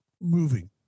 moving